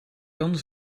kan